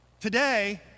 today